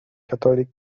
catholic